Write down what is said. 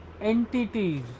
entities